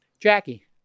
Jackie